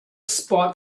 spot